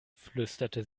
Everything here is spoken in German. flüsterte